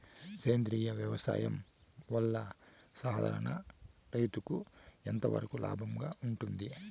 సేంద్రియ వ్యవసాయం వల్ల, సాధారణ రైతుకు ఎంతవరకు లాభంగా ఉంటుంది?